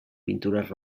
pintures